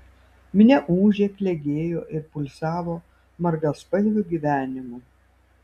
minia ūžė klegėjo ir pulsavo margaspalviu gyvenimu